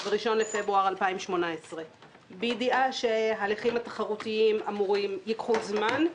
ב-1 בפברואר 2018. בידיעה שהההליכים התחרותיים האמורים ייקחו זמן,